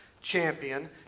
champion